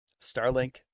Starlink